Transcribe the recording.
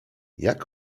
jak